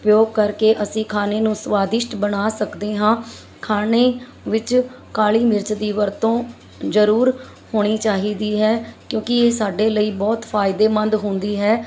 ਉਪਯੋਗ ਕਰਕੇ ਅਸੀਂ ਖਾਣੇ ਨੂੰ ਸਵਾਦਿਸ਼ਟ ਬਣਾ ਸਕਦੇ ਹਾਂ ਖਾਣੇ ਵਿੱਚ ਕਾਲੀ ਮਿਰਚ ਦੀ ਵਰਤੋਂ ਜ਼ਰੂਰ ਹੋਣੀ ਚਾਹੀਦੀ ਹੈ ਕਿਉਂਕਿ ਇਹ ਸਾਡੇ ਲਈ ਬਹੁਤ ਫਾਇਦੇਮੰਦ ਹੁੰਦੀ ਹੈ